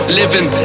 living